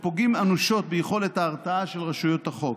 שפוגעים קשות ביכולת ההרתעה של רשויות החוק.